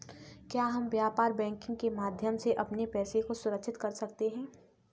क्या हम व्यापार बैंकिंग के माध्यम से अपने पैसे को सुरक्षित कर सकते हैं?